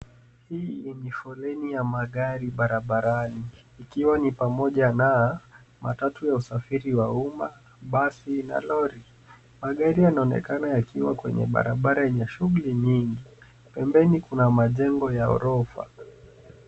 Hii ni foleni ya magari barabarani. Ikiwa ni pamoja na matatu ya usafiri wa uma, basi na lori. Magari yanaonekana yakiwa kwenye barabara yenye shuguli nyingi. Pembeni kuna majengo ya orofa.